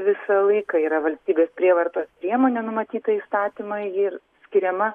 visą laiką yra valstybės prievartos priemonė numatyta įstatymai ir skiriama